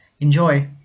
Enjoy